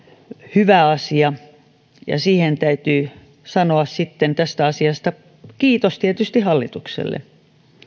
hyvä asia ja tästä asiasta täytyy sanoa sitten kiitos tietysti hallitukselle